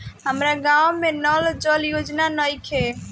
हमारा गाँव मे नल जल योजना नइखे?